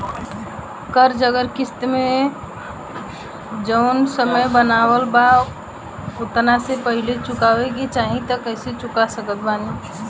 कर्जा अगर किश्त मे जऊन समय बनहाएल बा ओतना से पहिले चुकावे के चाहीं त कइसे चुका सकत बानी?